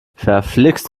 verflixt